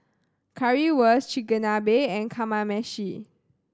Currywurst Chigenabe and Kamameshi